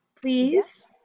please